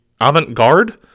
avant-garde